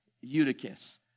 Eutychus